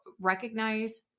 recognize